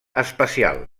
espacial